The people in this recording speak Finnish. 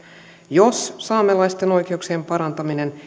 jos saamelaisten oikeuksien parantaminen